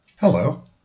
Hello